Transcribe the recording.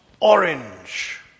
Orange